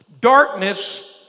Darkness